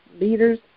leaders